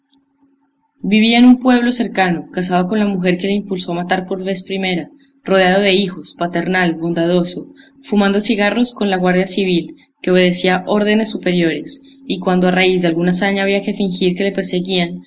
vivía en un pueblo cercano casado con la mujer que le impulsó a matar por vez primera rodeado de hijos paternal bondadoso fumando cigarros con la guardia civil que obedecía órdenes superiores y cuando a raíz de alguna hazaña había que fingir que le perseguían